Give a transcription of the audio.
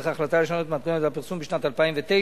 החלטה לשנות את מתכונת הפרסום בשנת 2009,